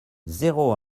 zéro